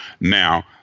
now